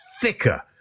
thicker